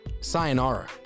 sayonara